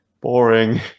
boring